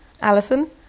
Alison